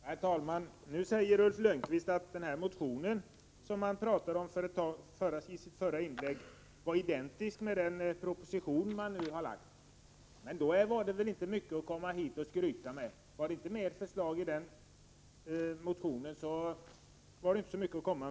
Herr talman! Ulf Lönnqvist säger att den motion som han pratade om i sitt förra inlägg är identisk med den proposition som nu har framlagts. Men då var det väl inte mycket att komma hit och skryta med. Det var inga gamla förslag, framhåller Ulf Lönnqvist.